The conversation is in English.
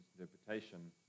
interpretation